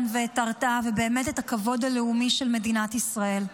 ואת ההרתעה ובאמת את הכבוד הלאומי של מדינת ישראל.